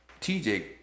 TJ